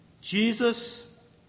Jesus